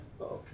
Okay